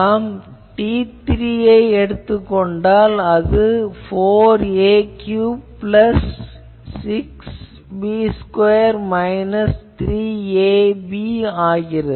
நாம் T3 ஐ எடுத்துக் கொண்டால் அது 4a3 plus 6ab2 minus 3a ஆகிறது